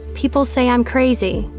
people say i'm crazy.